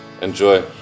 enjoy